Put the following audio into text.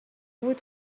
would